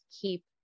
keep